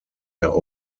der